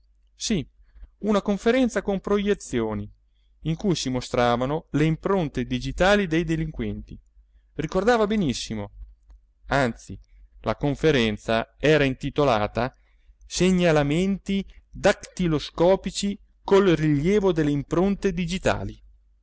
sì una conferenza con projezioni in cui si mostravano le impronte digitali dei delinquenti ricordava benissimo anzi la conferenza era intitolata segnalamenti dactiloscopici col rilievo delle impronte digitali